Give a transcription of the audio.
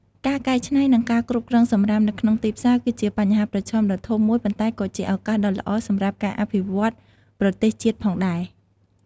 ការកែច្នៃ និងការគ្រប់គ្រងសំរាមនៅក្នុងទីផ្សារ គឺជាបញ្ហាប្រឈមដ៏ធំមួយ ប៉ុន្តែក៏ជាឱកាសដ៏ល្អសម្រាប់ការអភិវឌ្ឍប្រទរសជាតិផងដែរ។